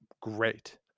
great